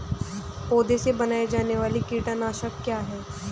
पौधों से बनाई जाने वाली कीटनाशक क्या है?